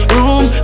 Room